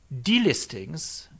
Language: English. delistings